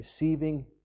receiving